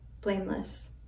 blameless